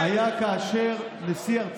אני לא אסגיר אף אחד שמהנהן